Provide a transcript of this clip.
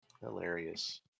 Hilarious